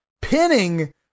pinning